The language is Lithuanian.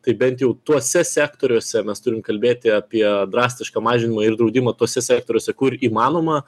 tai bent jau tuose sektoriuose mes turim kalbėti apie drastišką mažinimą ir draudimą tuose sektoriuose kur įmanoma